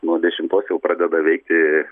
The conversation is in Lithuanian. nuo dešimtos jau pradeda veikti